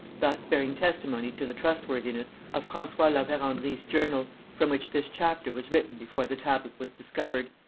thus bearing testimony to the trustworthiness of francois la verendrye's journal, from which this chapter was written before the tablet was discovered.